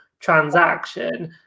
transaction